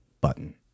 button